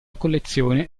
collezione